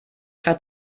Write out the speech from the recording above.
grad